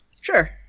Sure